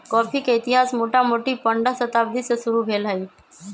coffee के इतिहास मोटामोटी पंडह शताब्दी से शुरू भेल हइ